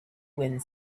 wind